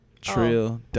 Trill